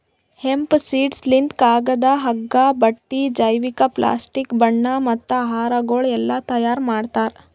hemp seeds ಲಿಂತ್ ಕಾಗದ, ಹಗ್ಗ, ಬಟ್ಟಿ, ಜೈವಿಕ, ಪ್ಲಾಸ್ಟಿಕ್, ಬಣ್ಣ ಮತ್ತ ಆಹಾರಗೊಳ್ ಎಲ್ಲಾ ತೈಯಾರ್ ಮಾಡ್ತಾರ್